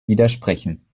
widersprechen